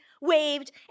waved